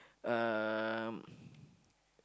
um